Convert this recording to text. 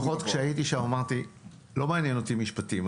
לפחות שכשהייתי שם אמרתי לא מעניינים אותי משפטים,